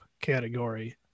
category